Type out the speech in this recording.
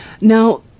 Now